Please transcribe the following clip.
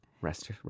Rest